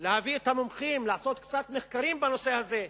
להביא את המומחים ולעשות קצת מחקרים בנושא הזה,